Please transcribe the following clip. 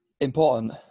important